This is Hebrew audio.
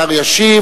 השר ישיב.